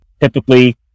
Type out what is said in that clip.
typically